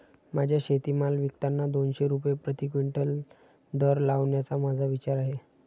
माझा शेतीमाल विकताना दोनशे रुपये प्रति क्विंटल दर लावण्याचा माझा विचार आहे